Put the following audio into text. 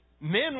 men